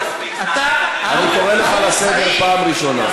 אני קורא לך לסדר פעם ראשונה.